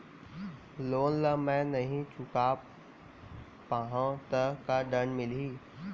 Loan ला मैं नही चुका पाहव त का दण्ड मिलही?